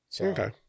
Okay